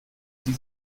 sie